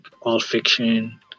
all-fiction